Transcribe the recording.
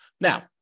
Now